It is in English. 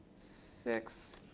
six.